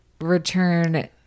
return